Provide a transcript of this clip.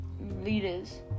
leaders